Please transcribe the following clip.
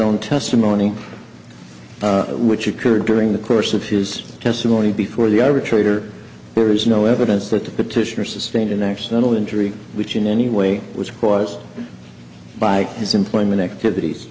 own testimony which occurred during the course of his testimony before the arbitrator there is no evidence that the petitioner sustained an accidental injury which in any way was caused by his employment activities